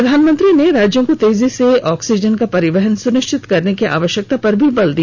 प्रधानमंत्री ने राज्यों को तेजी से ऑक्सीजन का परिवहन सुनिश्चित करने की आवश्यकता पर जोर दिया